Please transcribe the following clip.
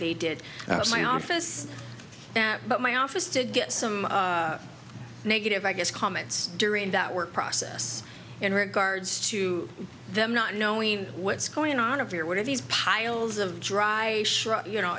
they did my office that but my office did get some negative i guess comments during that work process in regards to them not knowing what's going on of your what are these piles of dry you know